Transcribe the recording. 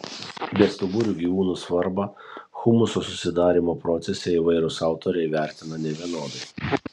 bestuburių gyvūnų svarbą humuso susidarymo procese įvairūs autoriai vertina nevienodai